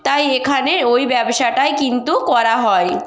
তাই এখানে ওই ব্যবসাটাই কিন্তু করা হয়